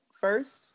first